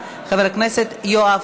98 חברי כנסת בעד,